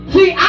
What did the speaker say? See